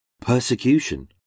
persecution